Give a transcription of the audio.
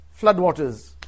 floodwaters